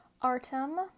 Artem